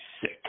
sick